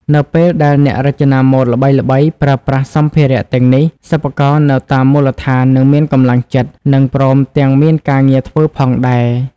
នៅពេលដែលអ្នករចនាម៉ូដល្បីៗប្រើប្រាស់សម្ភារៈទាំងនេះ សិប្បករនៅតាមមូលដ្ឋាននឹងមានកម្លាំងចិត្ត និងព្រមទាំងមានការងារធ្វើផងដែរ។